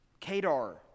Kadar